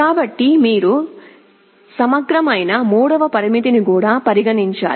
కాబట్టి మీరు సమగ్రమైన మూడవ పరామితిని కూడా పరిగణించాలి